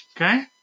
Okay